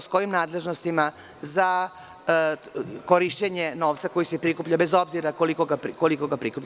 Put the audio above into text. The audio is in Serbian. Sa kojim nadležnostima za korišćenje novca koji se prikuplja, bez obzira koliko ga prikuplja?